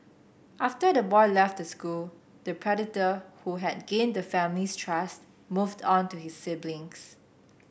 after the boy left the school the predator who had gained the family's trust moved on to his siblings